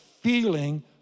feeling